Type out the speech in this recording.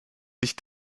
sich